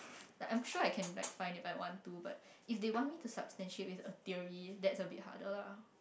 like I'm sure I can like find if I want to but if they want to substantiate with a theory then that's a bit harder lah